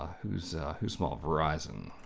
ah, who's who's small, verizon.